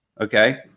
okay